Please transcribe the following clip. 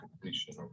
completion